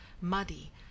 Muddy